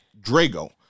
Drago